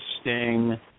Sting